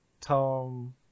Tom